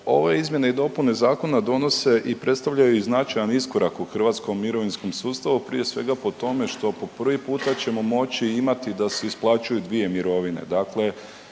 ove izmjene i dopune zakona donose i predstavljaju značajan iskorak u hrvatskom mirovinskom sustavu prije svega po tome što po prvi puta ćemo moći imati da se isplaćuju dvije mirovine, dakle